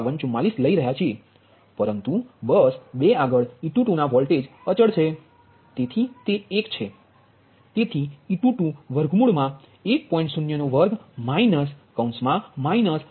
05244 લઈ રહ્યા છીએ પરંતુ બસ 2 આગળ e22ના વોલ્ટેજ અચલ છે તેથી તે એક છે તેથી e22 વર્ગમૂળમા 1